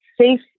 safe